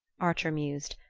archer mused,